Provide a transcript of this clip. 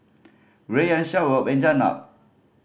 Rayyan Shoaib and Jenab